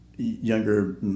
younger